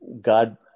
God